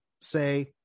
say